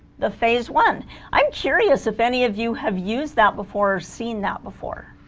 the phase one i'm curious if any of you have used that before seen that before